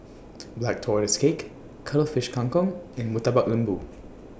Black Tortoise Cake Cuttlefish Kang Kong and Murtabak Lembu